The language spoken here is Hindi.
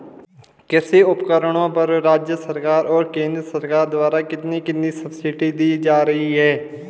कृषि उपकरणों पर राज्य सरकार और केंद्र सरकार द्वारा कितनी कितनी सब्सिडी दी जा रही है?